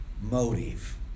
motive